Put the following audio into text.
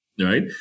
right